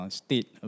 state